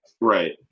right